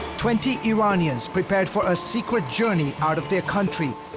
twenty iranians prepared for a secret journey out of their country.